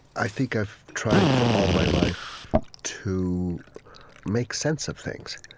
i think i've tried for all my life to make sense of things.